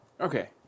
Okay